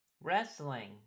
Wrestling